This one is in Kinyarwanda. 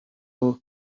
abo